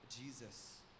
Jesus